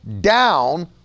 down